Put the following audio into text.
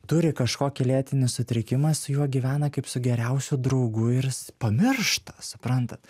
turi kažkokį lėtinį sutrikimą su juo gyvena kaip su geriausiu draugu ir jis pamiršta suprantat